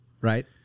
Right